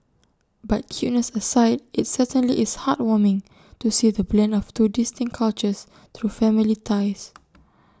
but cuteness aside IT certainly is heartwarming to see the blend of two distinct cultures through family ties